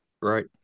Right